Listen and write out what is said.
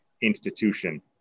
institution